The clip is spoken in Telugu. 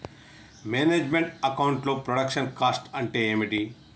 మేనేజ్ మెంట్ అకౌంట్ లో ప్రొడక్షన్ కాస్ట్ అంటే ఏమిటి?